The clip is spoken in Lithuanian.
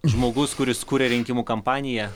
žmogus kuris kuria rinkimų kampaniją